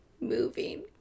moving